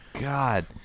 God